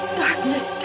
darkness